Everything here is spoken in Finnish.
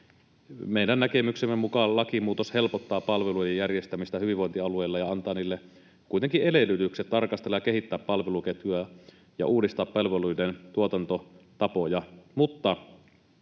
Meidän näkemyksemme mukaan lakimuutos helpottaa palvelujen järjestämistä hyvinvointialueilla ja antaa niille kuitenkin edellytykset tarkastella ja kehittää palveluketjuja ja uudistaa palveluiden tuotantotapoja.